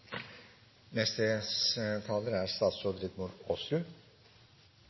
neste taler statsråd